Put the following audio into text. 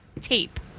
tape